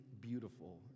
beautiful